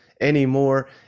anymore